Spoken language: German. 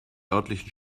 örtlichen